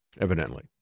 evidently